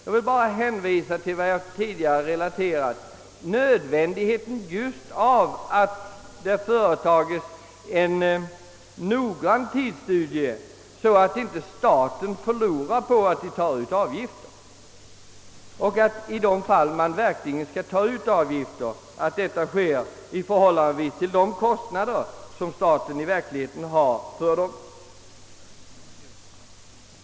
Jag hänvisar bara till vad jag tidigare relaterat: nödvändigheten av att verkställa en noggrann tidsstudie, så att inte staten förlorar på att ta ut avgifter och att avgifterna i de fall, där de uttages, verkligen står i förhållande till de kostnader staten har för avgiftsuttagandet.